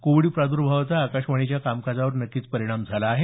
Covid प्राद्भावाचा आकाशवाणीच्या कामकाजावरही नक्कीच परिणाम झाला आहे